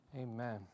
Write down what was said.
Amen